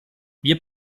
wir